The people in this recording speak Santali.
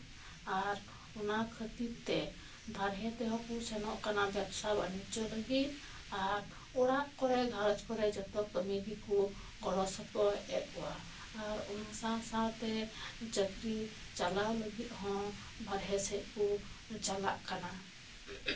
ᱟᱨ ᱚᱱᱟ ᱠᱷᱟᱹᱛᱤᱨ ᱛᱮ ᱵᱟᱨᱦᱮ ᱛᱮᱦᱚᱸᱠᱚ ᱥᱮᱱᱚᱜ ᱠᱟᱱᱟ ᱵᱮᱵᱥᱟ ᱵᱟᱱᱤᱡᱡᱚ ᱞᱟᱹᱜᱤᱫ ᱟᱨ ᱚᱲᱟᱜ ᱠᱚᱨᱮ ᱜᱷᱟᱸᱨᱚᱡ ᱠᱚᱨᱮ ᱡᱚᱛᱚ ᱠᱟᱹᱢᱤ ᱜᱮᱠᱚ ᱜᱚᱲᱚ ᱥᱚᱯᱚᱦᱚᱫ ᱮᱫ ᱠᱚᱣᱟ ᱟᱨ ᱚᱱᱟ ᱥᱟᱶᱼᱥᱟᱶ ᱛᱮ ᱪᱟᱠᱨᱤ ᱪᱟᱞᱟᱣ ᱞᱟᱹᱜᱤᱫ ᱦᱚᱸ ᱵᱟᱨᱦᱮ ᱥᱮᱡ ᱠᱚ ᱪᱟᱞᱟᱜ ᱠᱟᱱᱟ